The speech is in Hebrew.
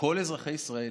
כל אזרחי ישראל